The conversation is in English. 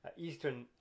Eastern